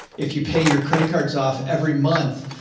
if you pay your credit cards off every month,